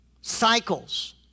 Cycles